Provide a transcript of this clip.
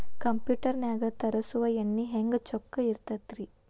Computer ನಾಗ ತರುಸುವ ಎಣ್ಣಿ ಹೆಂಗ್ ಚೊಕ್ಕ ಇರತ್ತ ರಿ?